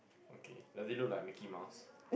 okay does it look like a Mickey-Mouse